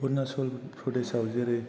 अरुनाचल प्रदेसआव जेरै